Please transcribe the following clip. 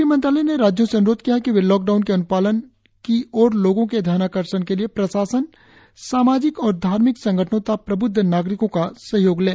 गृह मंत्रालय ने राज्यों से अन्रोध किया है कि वे लॉकडाउन के अन्पालन की ओर लोगों के ध्यानाकर्षण के लिए प्रशासन सामाजिक और धार्मिक संगठनों तथा प्रब्द्ध नागरिकों का सहयोग लें